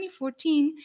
2014